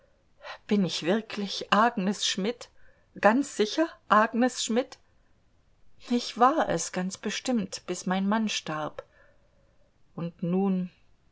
bin ich wirklich agnes schmidt ganz sicher agnes schmidt ich war es ganz bestimmt bis mein mann starb und nun